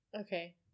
Okay